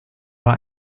war